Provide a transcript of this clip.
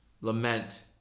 lament